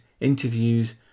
interviews